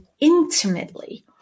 intimately